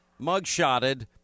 mugshotted